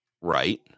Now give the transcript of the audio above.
Right